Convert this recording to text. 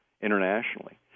internationally